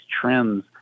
trends